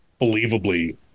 believably